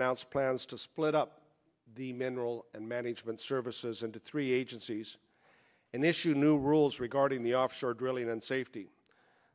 announced plans to split up the mineral management services into three agencies and issued new rules regarding the offshore drilling and safety